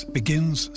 begins